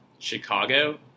Chicago